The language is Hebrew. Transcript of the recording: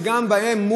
שגם בהם,